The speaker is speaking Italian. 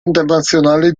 internazionale